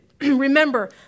remember